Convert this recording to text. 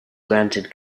granted